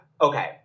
okay